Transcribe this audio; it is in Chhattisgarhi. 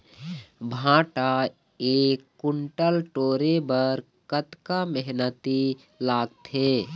भांटा एक कुन्टल टोरे बर कतका मेहनती लागथे?